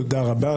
תודה רבה.